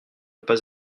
pas